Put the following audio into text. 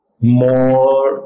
more